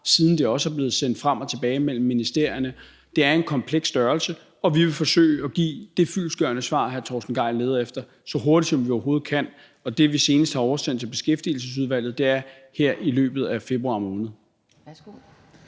siden det også er blevet sendt frem og tilbage mellem ministerierne. Det er en kompleks størrelse, og vi vil forsøge at give det fyldestgørende svar, som hr. Torsten Gejl leder efter, så hurtigt, som vi overhovedet kan, og det, som vi senest har oversendt til Beskæftigelsesudvalget, er her i løbet af februar måned.